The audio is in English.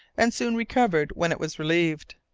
and soon recovered when it was relieved.